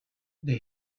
they